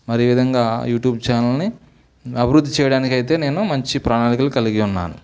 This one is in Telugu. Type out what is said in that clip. మరి ఈ విధంగా యూట్యూబ్ ఛానల్ని అభివృద్ధి చేయడానికి అయితే నేను మంచి ప్రణాళికలు కలిగి ఉన్నాను